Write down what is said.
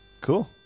Cool